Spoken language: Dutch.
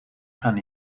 gaan